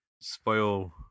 spoil